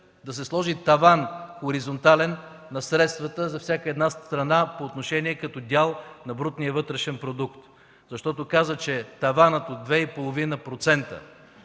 да се сложи хоризонтален таван на средствата за всяка една страна по отношение като дял на брутния вътрешен продукт, защото каза, че таванът от 2,5%,